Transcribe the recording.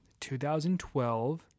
2012